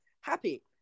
happy